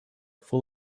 full